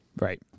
Right